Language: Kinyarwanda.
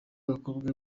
abakobwa